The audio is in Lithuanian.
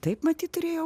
taip matyt turėjo